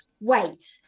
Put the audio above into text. Wait